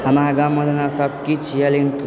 हमरा गाममे जेना सभ किछु छियै लेकिन